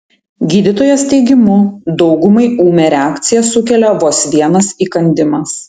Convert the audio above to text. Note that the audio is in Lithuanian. gydytojos teigimu daugumai ūmią reakciją sukelia vos vienas įkandimas